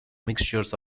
mixtures